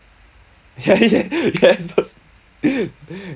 ya ya yes